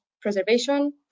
preservation